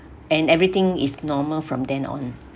and everything is normal from then on